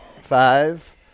Five